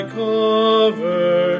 cover